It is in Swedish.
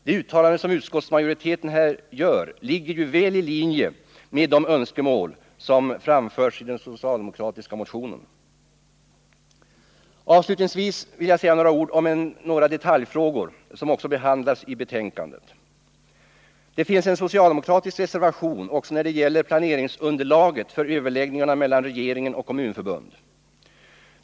Det uttalande som utskottsmajoriteten gör ligger ju väl i linje med önskemålen i den socialdemokratiska motionen. Avslutningsvis vill jag säga några ord om en del detaljfrågor som också behandlas i betänkandet. Det finns en socialdemokratisk reservation också när det gäller planeringsunderlaget för överläggningarna mellan regeringen och kommunförbunden.